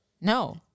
No